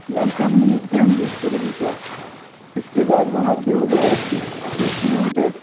lump sum बीस kilometre इसके बाद वहाँ से हो गया तीस किलोमीटर